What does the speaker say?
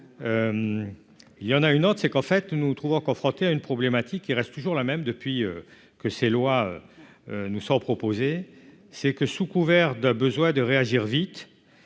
il y en a une autre, c'est qu'en fait nous nous trouvons confrontés à une problématique qui reste toujours la même depuis que ces lois nous sort proposer c'est que sous couvert d'un besoin de réagir vite,